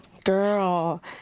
girl